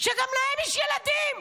שגם להם יש ילדים.